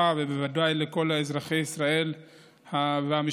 ובוודאי לכל אזרחי ישראל והמשפחות.